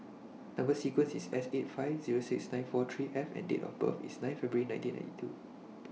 Number sequence IS S eight five Zero six nine four three F and Date of birth IS nine February nineteen ninety two